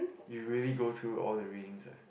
you really go through all the readings ah